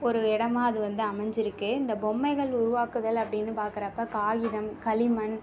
ஒரு இடமா அது வந்து அமைஞ்சுருக்கு இந்த பொம்மைகள் உருவாக்குதல் அப்படின்னு பார்க்கறப்ப காகிதம் களிமண்